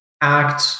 act